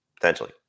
potentially